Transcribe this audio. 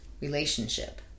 relationship